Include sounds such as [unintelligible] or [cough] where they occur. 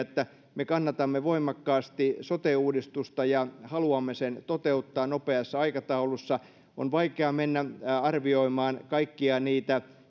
[unintelligible] että me kannatamme voimakkaasti sote uudistusta ja haluamme sen toteuttaa nopeassa aikataulussa on vaikea mennä arvioimaan kaikkia niitä